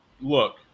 look